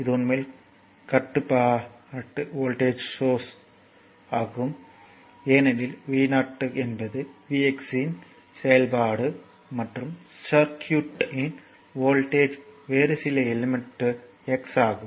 இது உண்மையில் கட்டுப்பாட்டு வோல்டேஜ் சோர்ஸ் ஆகும் ஏனெனில் V0 என்பது V x இன் செயல்பாடு மற்றும் சர்க்யூட்யின் வோல்டேஜ் வேறு சில எலிமெண்ட் x ஆகும்